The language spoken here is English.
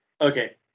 okay